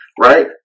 right